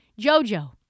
JoJo